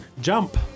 Jump